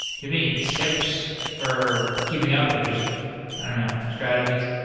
have any tips for keeping up or just i don't know, strategies?